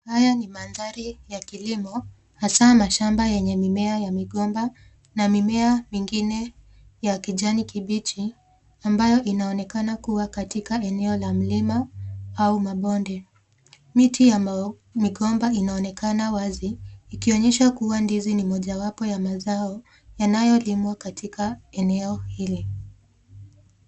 Haya ni mandhari ya kilimo hasaa mashamba yenye mimea ya migomba na mimea mingine ya kijani kibichi ambayo inaonekana kuwa katika eneo la mlima au mabonde. Miti ya migomba inaonekana wazi ikionyesha kuwa ndizi ni mojawapo ya mazao yanayolimwa katika eneo hili.